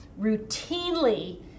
routinely